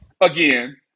again